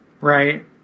Right